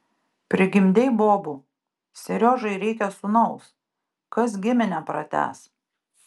prigimdei bobų seriožai reikia sūnaus kas giminę pratęs